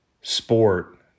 sport